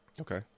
Okay